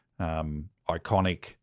iconic